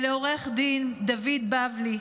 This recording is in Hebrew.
לעו"ד דוד בבלי,